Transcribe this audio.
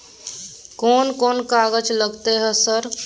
कोन कौन कागज लगतै है सर?